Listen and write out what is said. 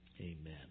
Amen